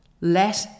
let